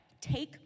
Take